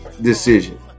decision